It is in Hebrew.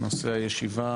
הנושא הוא,